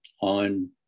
On